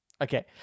Okay